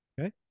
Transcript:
Okay